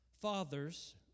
Fathers